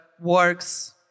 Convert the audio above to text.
works